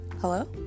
hello